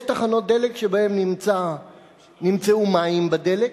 יש תחנות דלק שבהן נמצאו מים בדלק,